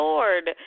Lord